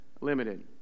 limited